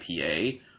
IPA